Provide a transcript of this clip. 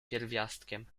pierwiastkiem